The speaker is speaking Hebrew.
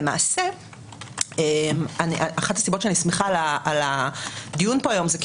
ולמעשה אחת הסיבות שאני שמחה על הדיון פה היום היא כי